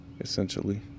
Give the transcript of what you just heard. essentially